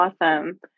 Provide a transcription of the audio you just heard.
awesome